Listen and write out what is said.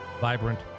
vibrant